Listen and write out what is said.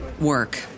work